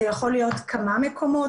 אלה יכולים להיות כמה מקומות